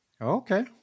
okay